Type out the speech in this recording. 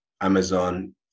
amazon